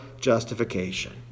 justification